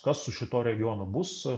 kas su šituo regionu bus